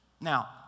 Now